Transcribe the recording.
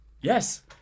Yes